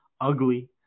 ugly